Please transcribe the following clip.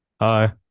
Hi